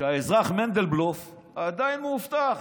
שהאזרח מנדלבלוף עדיין מאובטח.